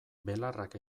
belarrak